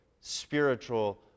spiritual